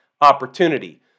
opportunity